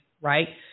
right